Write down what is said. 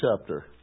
chapter